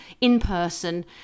in-person